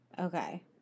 okay